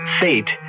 fate